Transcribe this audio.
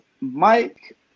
Mike